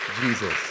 Jesus